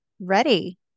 ready